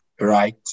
Right